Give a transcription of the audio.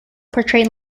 portrayed